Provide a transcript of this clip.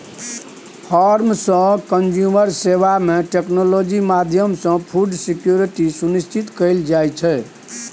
farm सँ consumer सेबा मे टेक्नोलॉजी माध्यमसँ फुड सिक्योरिटी सुनिश्चित कएल जाइत छै